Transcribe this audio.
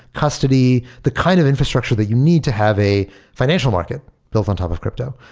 custody, the kind of infrastructure that you need to have a financial market built on top of crypto,